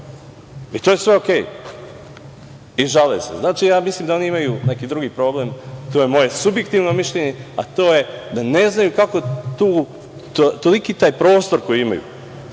To je sve okej, i žale se. Znači, mislim da oni imaju neki drugi problem. To je moje subjektivno mišljenje, a to je da ne znaju kako toliki taj prostor koji imaju